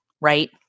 right